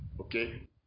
Okay